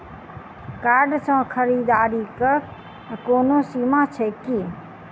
Card सँ खरीददारीक कोनो सीमा छैक की?